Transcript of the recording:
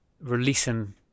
releasing